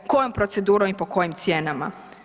Kojom procedurom i po kojim cijenama?